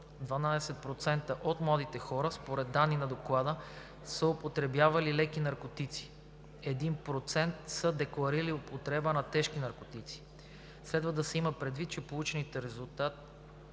от младите хора, според данните на Доклада, са употребявали леки наркотици, 1% са декларирали употреба на тежки наркотици. Следва да се има предвид, че получените резултати